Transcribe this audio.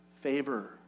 favor